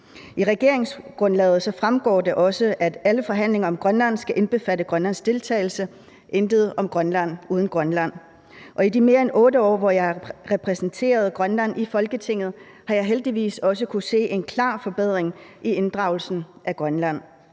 I regeringsgrundlaget fremgår det også, at alle forhandlinger om Grønland skal indbefatte Grønlands deltagelse – intet om Grønland uden Grønland. I de mere end 8 år, hvor jeg har repræsenteret Grønland i Folketinget, har jeg heldigvis også kunnet se en klar forbedring i inddragelsen af Grønland.